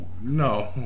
No